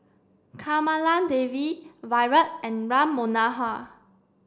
Kamaladevi Virat and Ram Manohar